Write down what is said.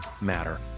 matter